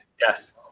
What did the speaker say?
Yes